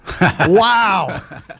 wow